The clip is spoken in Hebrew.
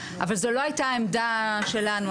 אבל זו לא הייתה העמדה שלנו.